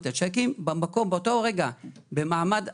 בזריזות, ביעילות, בכיסוי רחב ובגמישות.